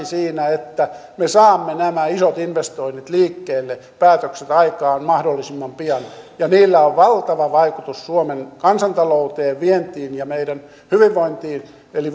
siinä että me saamme nämä isot investoinnit liikkeelle päätökset aikaan mahdollisimman pian ja niillä on valtava vaikutus suomen kansantalouteen vientiin ja meidän hyvinvointiin eli